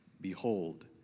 Behold